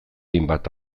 hainbat